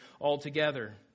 altogether